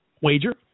wager